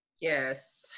yes